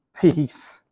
peace